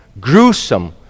gruesome